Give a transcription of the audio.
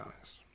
honest